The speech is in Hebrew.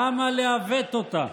למה לעוות אותה?